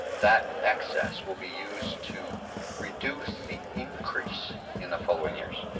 that excess will be used to reduce the increase in the following years.